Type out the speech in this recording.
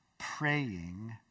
praying